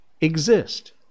exist